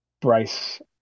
Bryce